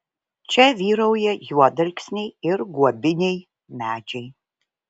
čia vyrauja juodalksniai ir guobiniai medžiai